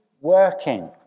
working